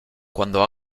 cuando